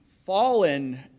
fallen